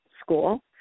school